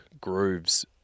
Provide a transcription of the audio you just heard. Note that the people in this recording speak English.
grooves